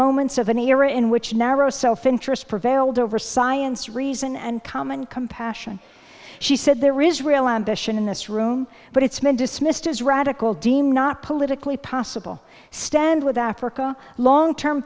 moments of an era in which narrow self interest prevailed over science reason and common compassion she said there is real ambition in this room but it's been dismissed as radical deemed not politically possible stand with africa long term